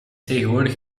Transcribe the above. tegenwoordig